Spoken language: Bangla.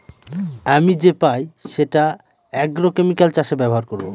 আমি যে পাই সেটা আগ্রোকেমিকাল চাষে ব্যবহার করবো